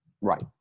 right